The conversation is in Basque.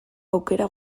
aukera